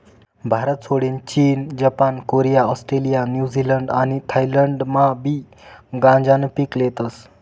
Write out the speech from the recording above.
भारतसोडीन चीन, Japan, Korea, Australia, New Zealand आणि थायलंडमाबी गांजानं पीक लेतस